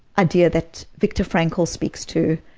idea that viktor frankl speaks to.